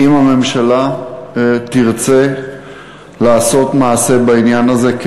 אם הממשלה תרצה לעשות מעשה בעניין הזה,